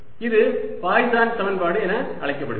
இது பாய்சன் சமன்பாடு என்று அழைக்கப்படுகிறது